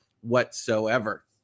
whatsoever